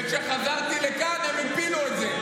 וכשחזרתי לכאן הם הפילו את זה.